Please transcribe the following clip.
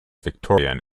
victorian